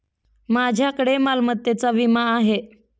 माझ्याकडे मालमत्तेचा विमा आहे